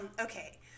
okay